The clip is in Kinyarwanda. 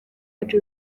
ari